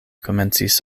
komencis